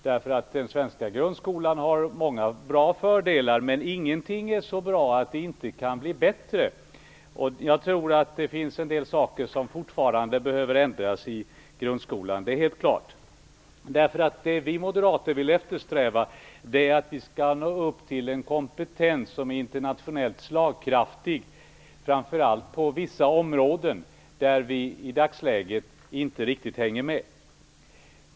Den svenska grundskolan har många fördelar, men ingenting är så bra att det inte kan bli bättre, och det är helt klart att det fortfarande finns en del i grundskolan som behöver ändras. Det som vi moderater eftersträvar är att man når upp till en kompetens som är nationellt slagkraftig, framför allt på vissa områden där man i dagsläget inte riktigt hänger med.